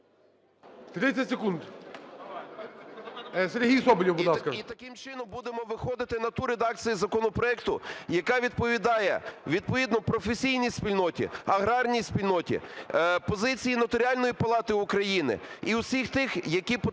30 секунд. Сергій Соболєв, будь ласка. СИДОРОВИЧ Р.М. І таким чином будемо виходити на ту редакцію законопроекту, яка відповідає відповідно професійній спільноті, аграрній спільноті, позиції Нотаріальної палати України і усіх тих, які потратили